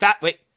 Wait